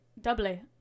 Doubly